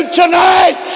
tonight